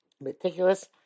meticulous